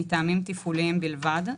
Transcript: מטעמים תפעוליים בלבד,